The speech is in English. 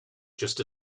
just